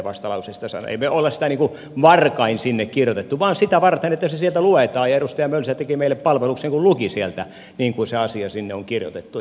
emme me ole sitä varkain sinne kirjoittaneet vaan sitä varten että se sieltä luetaan ja edustaja mölsä teki meille palveluksen kun luki sieltä niin kuin se asia sinne on kirjoitettu